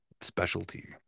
specialty